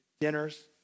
Dinners